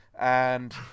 and-